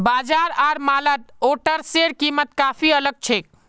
बाजार आर मॉलत ओट्सेर कीमत काफी अलग छेक